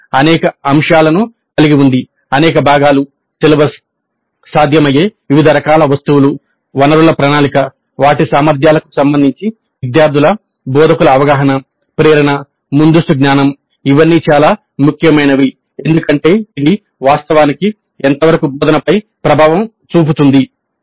ఇది అనేక అంశాలను కలిగి ఉంది అనేక భాగాలు సిలబస్ సాధ్యమయ్యే వివిధ రకాల వస్తువులు వనరుల ప్రణాళిక వాటి సామర్థ్యాలకు సంబంధించి విద్యార్థుల బోధకుల అవగాహన ప్రేరణ ముందస్తు జ్ఞానం ఇవన్నీ చాలా ముఖ్యమైనవి ఎందుకంటే ఇది వాస్తవానికి ఎంతవరకు బోధనపై ప్రభావం చూపుతుంది